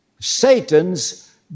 Satan's